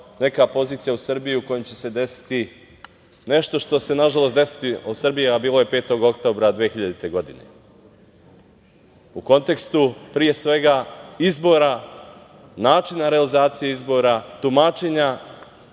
neka pozicija u Srbiji u kojoj će se desiti nešto što se nažalost desilo u Srbiji, a bilo je 5. oktobra 2000. godine, a u kontekstu izbora, načina realizacije izbora, tumačenja